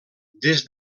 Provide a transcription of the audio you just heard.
des